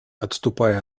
отступая